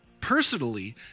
personally